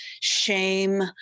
shame